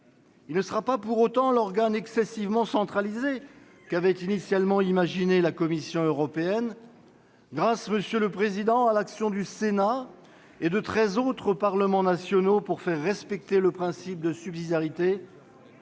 Il ne sera pas pour autant l'organe excessivement centralisé qu'avait initialement imaginé la Commission européenne. Grâce à l'action du Sénat et de treize autres parlements nationaux pour faire respecter le principe de subsidiarité,